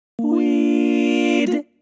Weed